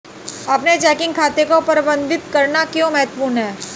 अपने चेकिंग खाते को प्रबंधित करना क्यों महत्वपूर्ण है?